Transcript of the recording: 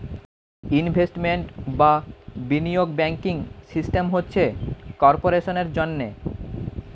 investment বা বিনিয়োগ banking system হচ্ছে কর্পোরেশনের জন্যে